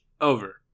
Over